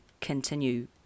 continue